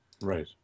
Right